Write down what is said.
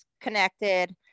connected